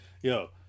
Yo